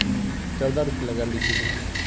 चौदह रुपए लगा लीजिए भैया